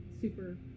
super